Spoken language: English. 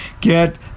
get